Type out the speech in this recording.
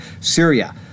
Syria